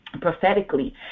prophetically